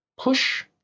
Push